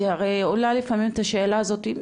כי הרי עולה לפנינו השאלה הזאתי,